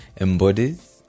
embodies